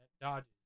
dodges